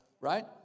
Right